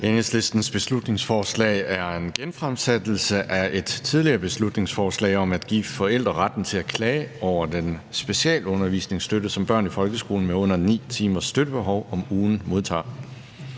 Enhedslistens beslutningsforslag er en genfremsættelse af et tidligere beslutningsforslag om at give forældre retten til at klage over den specialundervisningsstøtte, som børn i folkeskolen med under 9 timers støttebehov om ugen modtager.